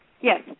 Yes